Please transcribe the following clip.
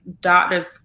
doctors